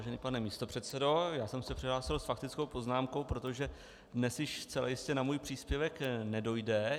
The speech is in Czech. Vážený pane místopředsedo, já jsem se přihlásil s faktickou poznámkou, protože dnes již zcela jistě na můj příspěvek nedojde.